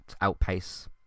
outpace